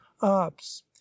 Ops